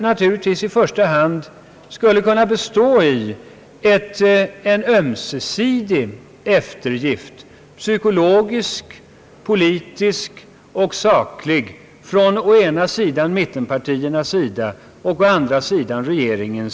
Ett sådant skulle kunna bestå i en ömsesidig eftergift, psykologisk, politisk och saklig från å ena sidan mittenpartierna och å andra sidan regeringen.